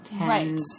Right